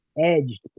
edged